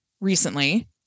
recently